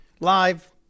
Live